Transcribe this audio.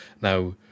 now